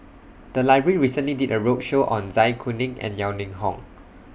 The Library recently did A roadshow on Zai Kuning and Yeo Ning Hong